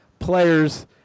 players